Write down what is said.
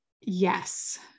yes